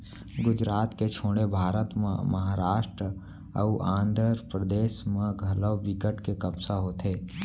गुजरात के छोड़े भारत म महारास्ट अउ आंध्रपरदेस म घलौ बिकट के कपसा होथे